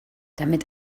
damit